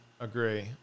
Agree